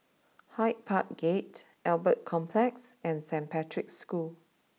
Hyde Park Gate Albert Complex and Saint Patrick's School